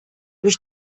durch